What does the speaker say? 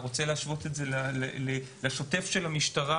רוצים להשוות לשוטף של המשטרה,